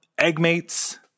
Eggmates